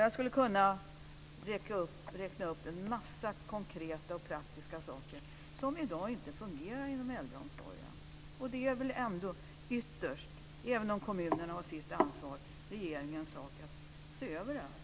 Jag skulle kunna räkna upp en massa konkreta och praktiska saker som i dag inte fungerar inom äldreomsorgen. Det är väl ändå ytterst, även om kommunerna har sitt ansvar, regeringens sak att se över det här.